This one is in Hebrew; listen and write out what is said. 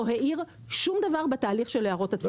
העיר שום דבר בתהליך של הערות הציבור,